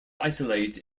isolate